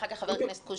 אחר כך חבר הכנסת קושניר.